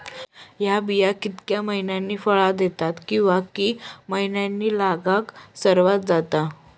हया बिया कितक्या मैन्यानी फळ दिता कीवा की मैन्यानी लागाक सर्वात जाता?